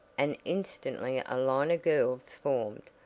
and instantly a line of girls formed,